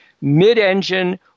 mid-engine